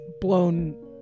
blown